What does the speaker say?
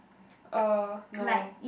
uh no